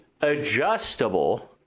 adjustable